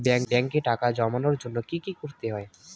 ব্যাংকে টাকা জমানোর জন্য কি কি করতে হয়?